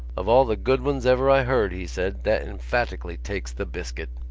of all the good ones ever i heard, he said, that emphatically takes the biscuit.